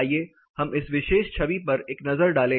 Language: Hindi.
आइए हम इस विशेष छवि पर एक नज़र डालें